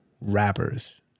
rappers